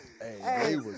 Hey